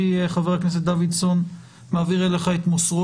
הנושא הזה, לצערי, גם הוא לא מוסדר